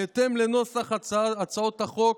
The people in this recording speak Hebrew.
בהתאם לנוסח הצעות החוק,